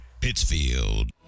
Pittsfield